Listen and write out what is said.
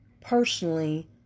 personally